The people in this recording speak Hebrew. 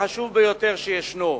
אולי החשוב ביותר שישנו.